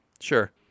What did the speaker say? Sure